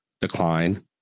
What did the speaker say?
Decline